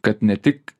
kad ne tik